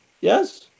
Yes